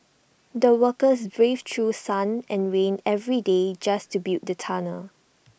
the workers braved through sun and rain every day just to build the tunnel